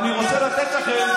אתם זה השיטה.